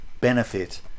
benefit